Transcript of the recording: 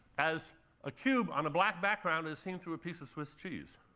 as a cube, on a black background, as seen through a piece of swiss cheese.